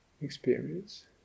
experience